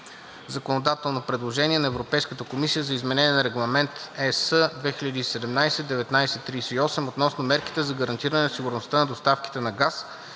законодателно предложение на Европейската комисия за изменение на Регламент (ЕС) 2017/1938 относно мерките за гарантиране на сигурността на доставките на газ,